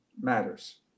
matters